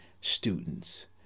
students